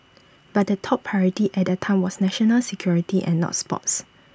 but the top priority at that time was national security and not sports